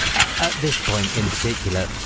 ah this point in particular.